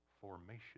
formation